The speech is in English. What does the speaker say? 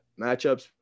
matchups